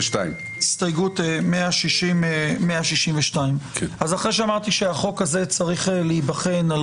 הסתייגות 162. אחרי שאמרתי שהחוק הזה צריך להיבחן על